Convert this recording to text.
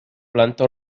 planta